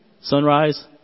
Sunrise